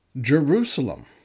Jerusalem